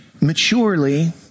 maturely